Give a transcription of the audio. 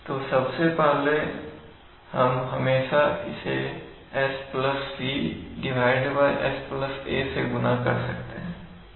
तो सबसे पहले हम हमेशा इसे s c s a से गुना कर सकते हैं